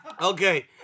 Okay